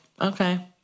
Okay